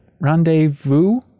rendezvous